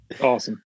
Awesome